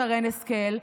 שרן השכל,